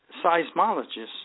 seismologists